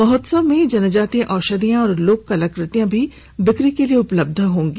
महोत्सव में जनजातीय औषधियां और लोक कलाकृतियां भी बिक्री के लिए उपलब्ध होंगी